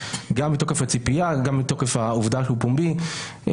גם מתוקף הציפייה וגם מתוקף העובדה שהוא פומבי.